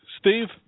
Steve